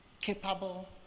capable